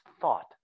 thought